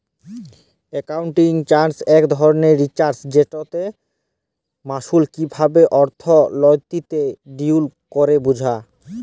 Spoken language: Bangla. একাউলটিং রিসার্চ ইক ধরলের রিসার্চ যেটতে মালুস কিভাবে অথ্থলিতিতে ডিল ক্যরে বুঝা